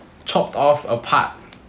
chopped off a part